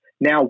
Now